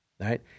right